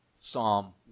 Psalm